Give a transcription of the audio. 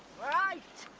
right.